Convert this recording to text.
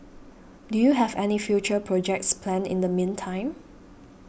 do you have any future projects planned in the meantime